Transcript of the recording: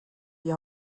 die